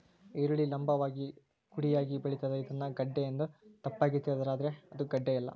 ಈರುಳ್ಳಿ ಲಂಭವಾಗಿ ಕುಡಿಯಾಗಿ ಬೆಳಿತಾದ ಇದನ್ನ ಗೆಡ್ಡೆ ಎಂದು ತಪ್ಪಾಗಿ ತಿಳಿದಾರ ಆದ್ರೆ ಇದು ಗಡ್ಡೆಯಲ್ಲ